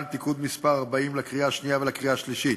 (תיקון מס' 40) לקריאה השנייה ולקריאה השלישית.